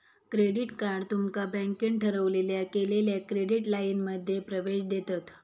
credit card तुमका बँकेन ठरवलेल्या केलेल्या क्रेडिट लाइनमध्ये प्रवेश देतत